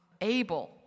able